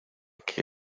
que